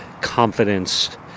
confidence